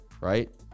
right